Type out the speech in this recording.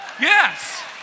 Yes